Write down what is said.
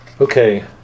Okay